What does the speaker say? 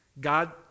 God